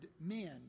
men